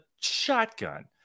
shotgun